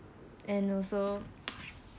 and also